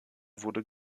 wurde